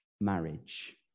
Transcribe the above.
marriage